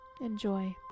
Enjoy